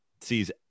sees